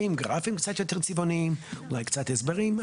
עם גרפים קצת יותר צבעוניים, אולי קצת הסברים.